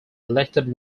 elected